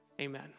Amen